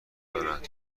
دارد